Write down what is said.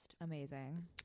Amazing